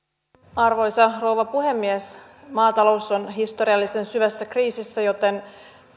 arvoisa rouva puhemies maatalous on historiallisen syvässä kriisissä joten